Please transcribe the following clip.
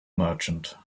merchant